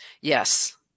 Yes